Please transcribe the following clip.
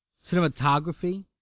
cinematography